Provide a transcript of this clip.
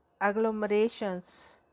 agglomerations